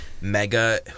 mega